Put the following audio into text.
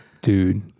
Dude